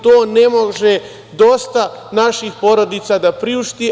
To ne može dosta naših porodica da priušti.